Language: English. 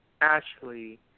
Ashley